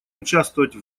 участвовать